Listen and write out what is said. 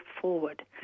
forward